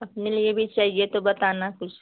अपने लिए भी चाहिए तो बताना कुछ